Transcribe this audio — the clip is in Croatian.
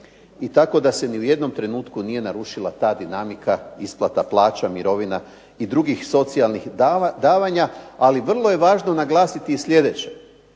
i tako da se ni u jednom trenutku nije narušila ta dinamika isplata plaća, mirovna i drugih socijalnih davanja, ali vrlo važno naglasiti i sljedeće.